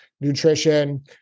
nutrition